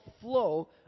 flow